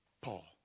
Paul